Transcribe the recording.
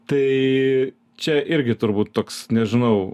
tai čia irgi turbūt toks nežinau